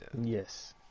Yes